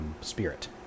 spirit